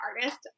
artist